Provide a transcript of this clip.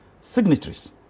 signatories